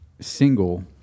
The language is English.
single